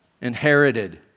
inherited